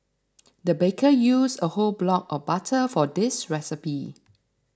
the baker used a whole block of butter for this recipe